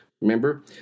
remember